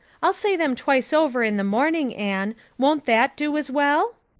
i'll say them twice over in the morning, anne. won't that do as well?